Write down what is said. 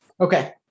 Okay